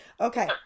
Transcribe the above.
Okay